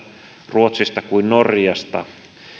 ruotsista kuin norjasta